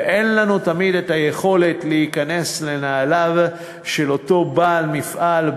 ואין לנו תמיד היכולת להיכנס לנעליו של אותו בעל מפעל,